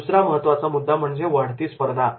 दुसरा महत्त्वाचा मुद्दा म्हणजे वाढती स्पर्धा